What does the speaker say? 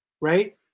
Right